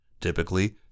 Typically